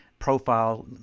profile